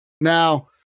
Now